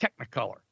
technicolor